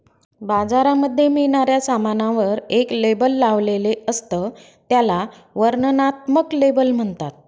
बाजारामध्ये मिळणाऱ्या सामानावर एक लेबल लावलेले असत, त्याला वर्णनात्मक लेबल म्हणतात